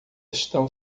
estão